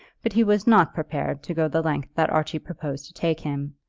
but he was not prepared to go the length that archie proposed to take him,